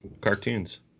cartoons